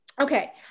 Okay